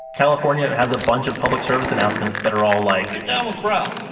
california has a bunch of public service announcements that are all like, get down with brown.